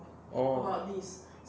orh